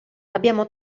abbiamo